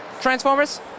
Transformers